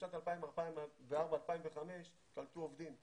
בשנת 2005-2004 קלטו עובדים,